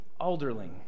Alderling